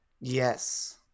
Yes